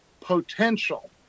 potential